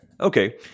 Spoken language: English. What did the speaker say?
Okay